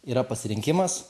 yra pasirinkimas